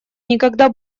никогда